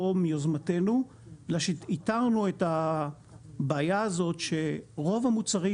מיוזמתנו איתרנו את הבעיה הזאת שרוב המוצרים